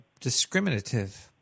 discriminative